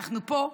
אנחנו פה,